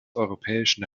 europäischen